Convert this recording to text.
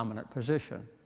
um and position.